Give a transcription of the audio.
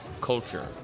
culture